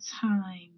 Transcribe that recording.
time